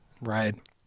Right